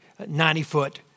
90-foot